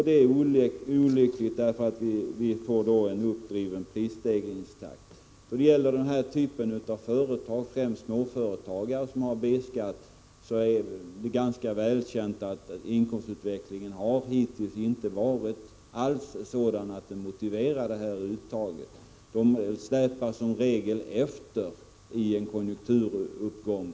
Det är olyckligt därför att man då får en uppdriven prisstegringstakt. Det är ganska väl känt att inkomstutvecklingen för den typ av företag, främst småföretag, som har B-skatt inte alls har varit sådan att den motiverar detta uttag. Dessa företag släpar som regel efter i en konjunkturuppgång.